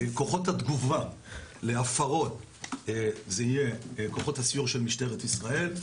כוחות התגובה להפרות של זה יהיו כוחות הסיור של משטרת ישראל.